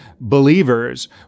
believers